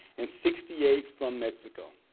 and sixty eight from mexico.